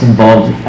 involved